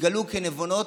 התגלו כנבונות,